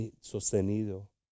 sostenido